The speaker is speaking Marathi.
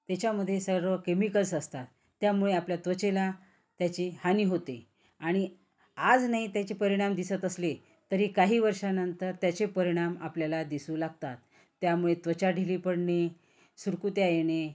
त्याच्यामध्ये सर्व केमिकल्स असतात त्यामुळे आपल्या त्वचेला त्याची हानि होते आणि आज नाही त्याचे परिणाम दिसत असले तरी काही वर्षानंतर त्याचे परिणाम आपल्याला दिसू लागतात त्यामुळे त्वचा ढिली पडणे सुरकुत्या येणे